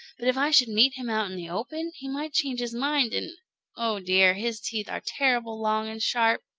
but if i should meet him out in the open, he might change his mind and oh, dear, his teeth are terrible long and sharp!